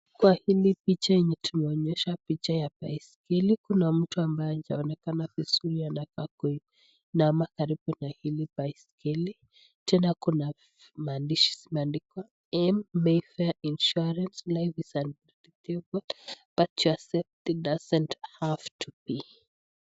Kwa hili picha yenye tumeonyeshwa picha ya baiskeli ,kuna mtu ambaye hajaonekana vizuri anainama karibu na hiki baiskeli, tena kuna maandishi zimeandikwa (cs) M Mayfair insurance life is unpredictable but your safety doesn't have to be(CS ).